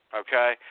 okay